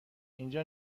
اینجا